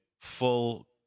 full